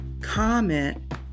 comment